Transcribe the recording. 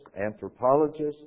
anthropologists